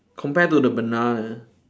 compare to the banana